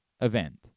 event